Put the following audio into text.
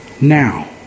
now